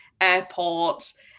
airports